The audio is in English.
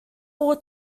all